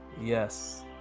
Yes